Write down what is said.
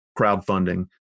crowdfunding